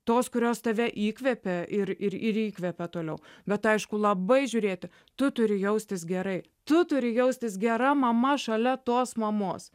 tos kurios tave įkvepia ir ir įkvepia toliau bet aišku labai žiūrėti tu turi jaustis gerai tu turi jaustis gera mama šalia tos mamos